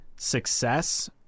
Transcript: success